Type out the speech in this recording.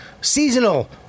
Seasonal